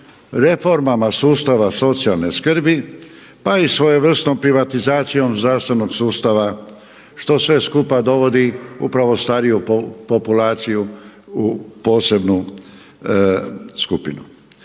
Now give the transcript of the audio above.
reformama sustava socijalne skrbi pa i svojevrsnom privatizacijom zdravstvenog sustava što sve skupa dovodi upravo stariju populaciju u posebnu skupinu.